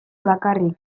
bakarrik